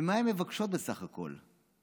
ומה הן מבקשות בסך הכול?